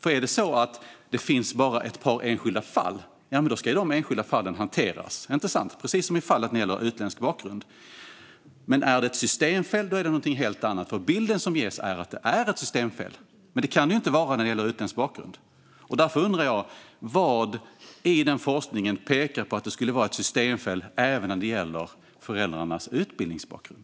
Är det så att det bara finns ett par enskilda fall ska de enskilda fallen hanteras, precis som när det gäller utländsk bakgrund. Men om det är ett systemfel är det någonting helt annat. Bilden som ges är att det är ett systemfel, men det kan det ju inte vara när det gäller utländsk bakgrund. Därför undrar jag: Vad i denna forskning pekar på att det skulle vara ett systemfel även när det gäller föräldrarnas utbildningsbakgrund?